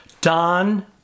Don